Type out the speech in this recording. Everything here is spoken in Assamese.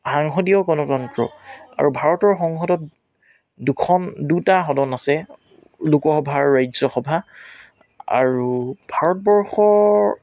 সাংসদীয় গণতন্ত্ৰ আৰু ভাৰতীয় সংসদত দুখন দুটা সদন আছে লোকসভা আৰু ৰাজ্যসভা আৰু ভাৰতবৰ্ষৰ